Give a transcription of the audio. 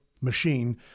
machine